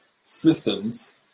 systems